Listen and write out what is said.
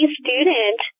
student